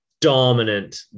dominant